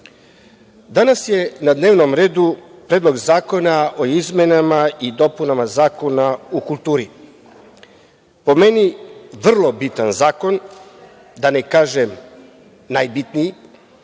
danas je na dnevnom redu Predlog zakona o izmenama i dopunama Zakona o kulturi. Po meni, vrlo bitan zakon, da ne kažem, najbitniji,